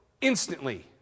instantly